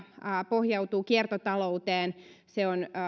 pohjautuu kiertotalouteen on